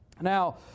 Now